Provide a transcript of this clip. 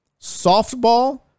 softball